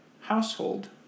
household